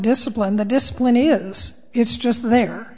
discipline the discipline is it's just the